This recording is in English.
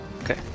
Okay